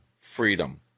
freedom